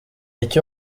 icyo